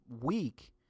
week